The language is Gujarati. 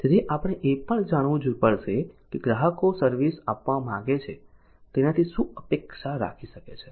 તેથી આપણે એ જાણવું પડશે કે ગ્રાહકો જે સર્વિસ આપવા માંગે છે તેનાથી શું અપેક્ષા રાખી શકે છે